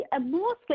Mostly